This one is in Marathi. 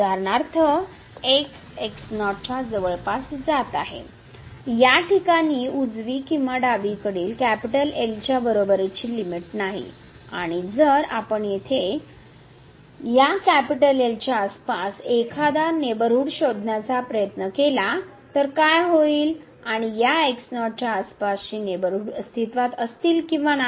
उदाहरणार्थ च्या जवळपास जात आहे या ठिकाणी उजवी किंवा डावीकडील L च्या बरोबरीची लिमिट नाही आणि जर आपण येथे या L च्या आसपास एखादा नेबरहूड शोधण्याचा प्रयत्न केला तर काय होईल आणि या x0 च्या आसपासचे नेबरहूड अस्तित्वात असतील किंवा नाही